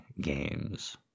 games